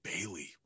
Bailey